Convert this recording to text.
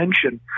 attention